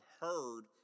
heard